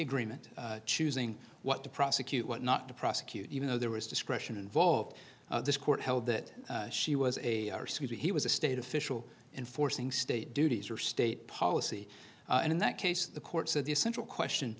agreement choosing what to prosecute what not to prosecute even though there was discretion involved this court held that she was a suit he was a state official enforcing state duties or state policy and in that case the court said the essential question